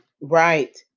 Right